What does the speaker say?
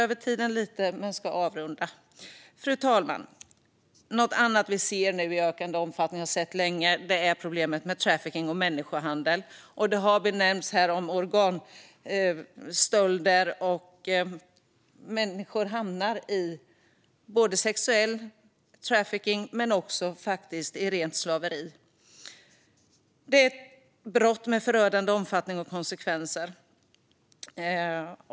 Något annat vi har sett länge och som vi ser i ökande omfattning är problemet med trafficking och människohandel. Organstölder har nämnts här samt att människor hamnar i sexuell trafficking men faktiskt också rent slaveri. Det är brott med förödande omfattning och konsekvenser.